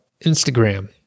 Instagram